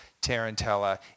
Tarantella